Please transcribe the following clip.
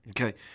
Okay